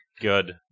Good